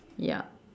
ya